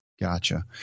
gotcha